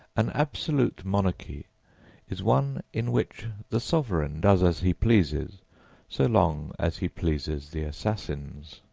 an absolute monarchy is one in which the sovereign does as he pleases so long as he pleases the assassins.